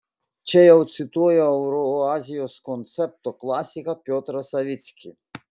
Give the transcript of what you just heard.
čia jau cituoju eurazijos koncepto klasiką piotrą savickį